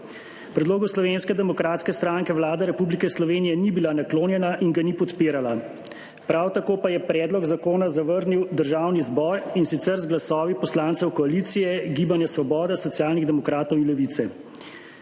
Predlogu Slovenske demokratske stranke Vlada Republike Slovenije ni bila naklonjena in ga ni podpirala. Prav tako pa je predlog zakona zavrnil Državni zbor, in sicer z glasovi poslancev koalicije – Gibanja Svoboda, Socialnih demokratov in Levice.